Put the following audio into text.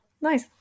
Nice